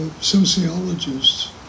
sociologists